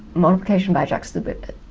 multiplication by juxtaposition,